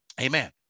Amen